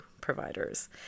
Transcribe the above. providers